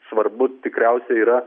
svarbu tikriausiai yra